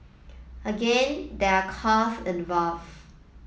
again there are cost involved